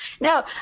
no